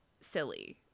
silly